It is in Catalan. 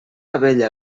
abella